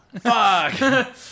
Fuck